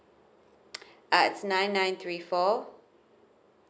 uh its nine nine three four